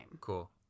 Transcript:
Cool